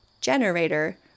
generator